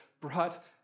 brought